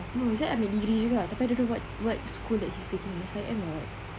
mm zack ambil degree juga tapi I don't know what school he's taking S_I_M or [what]